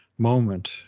moment